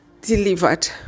delivered